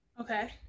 okay